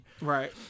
Right